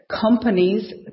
companies